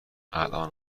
الان